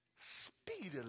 speedily